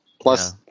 Plus